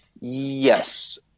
Yes